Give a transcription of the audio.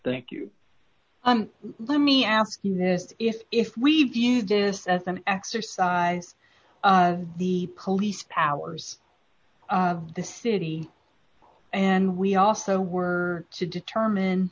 thank you let me ask you this if if we viewed this as an exercise the police powers of the city and we also were to determine